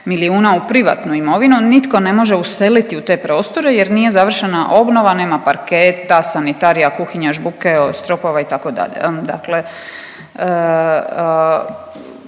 milijuna u privatnu imovinu, nitko ne može useliti u te prostore nije završena obnova, nema parketa, sanitarija, kuhinja, žbuke, stropova, itd.,